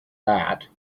that